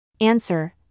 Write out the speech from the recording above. Answer